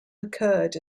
occurred